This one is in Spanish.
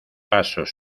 pasos